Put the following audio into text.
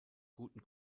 guten